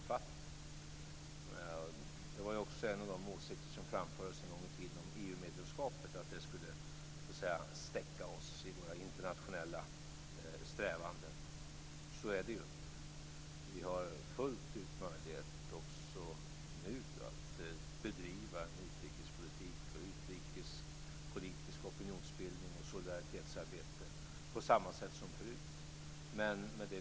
Jag har ju faktiskt två minuter på mig att klara ut den här saken. Den tiden skall vi nog försöka att använda.